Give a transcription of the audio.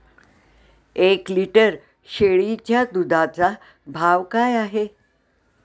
एक लिटर शेळीच्या दुधाचा भाव काय आहे?